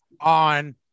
on